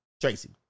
Tracy